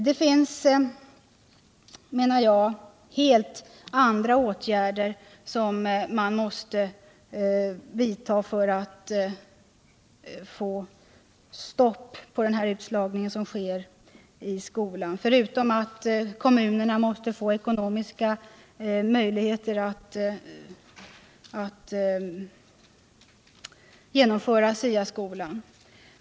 Det finns, menar jag, helt andra åtgärder som man måste vidta för att få stopp på den utslagning som sker i skolan förutom att kommunerna måste få ekonomiska möjligheter att genomföra SIA-skolan.